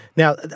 Now